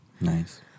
Nice